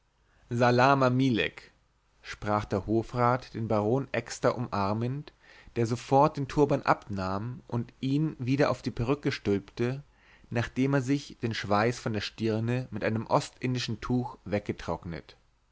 salama milek sprach der hofrat den baron exter umarmend der sofort den turban abnahm und ihn wieder auf die perücke stülpte nachdem er sich den schweiß von der stirne mit einem ostindischen tuch weggetrocknet